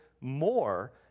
more